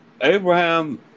Abraham